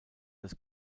des